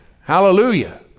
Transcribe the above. Hallelujah